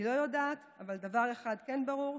אני לא יודעת, אבל דבר אחד כן ברור,